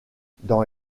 dans